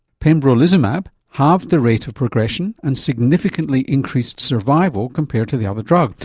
pembrolizumab halved the rate of progression and significantly increased survival compared to the other drug,